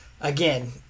Again